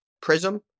Prism